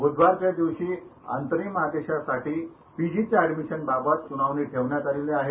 बुधवारच्या दिवशी अंतरिम आदेशासाठी पीजीच्या अँडमिशन बाबत सूनावणी ठेवण्यात आली आहे